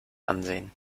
ansehen